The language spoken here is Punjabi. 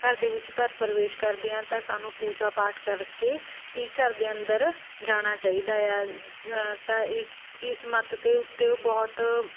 ਘਰ ਦੇ ਵਿੱਚ ਘਰ ਪ੍ਰਵੇਸ਼ ਕਰਦੇ ਹਾਂ ਤਾਂ ਸਾਨੂੰ ਪੂਜਾ ਪਾਠ ਕਰਕੇ ਹੀ ਘਰ ਦੇ ਅੰਦਰ ਜਾਣਾ ਚਾਹੀਦਾ ਆ ਜ ਤਾਂ ਇਸ ਇਸ ਮੱਤ ਦੇ ਉੱਤੇ ਉਹ ਬਹੁਤ